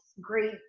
Great